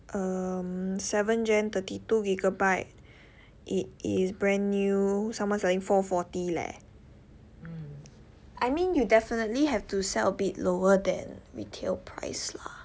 um seven gen thirty two gigabyte it is brand new someone selling four fourty leh I mean you definitely have to sell a bit lower than retail price lah